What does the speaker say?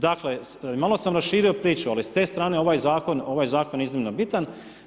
Dakle, malo sam raširio priču, ali s te strane ovaj zakon je iznimno bitan.